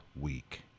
Week